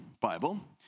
Bible